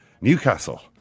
Newcastle